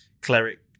Cleric